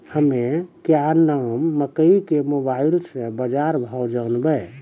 हमें क्या नाम मकई के मोबाइल से बाजार भाव जनवे?